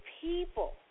people